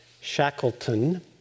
Shackleton